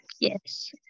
yes